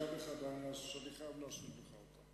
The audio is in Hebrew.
ואני חייב להשיב לך.